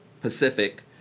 Pacific